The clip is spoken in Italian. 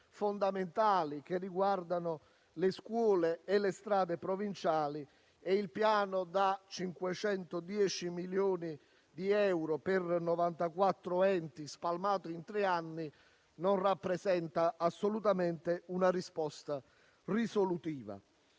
fondamentali, che riguardano le scuole e le strade provinciali. Il piano da 510 milioni di euro, per 94 enti, spalmato in tre anni, non rappresenta dunque assolutamente una risposta risolutiva.